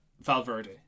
Valverde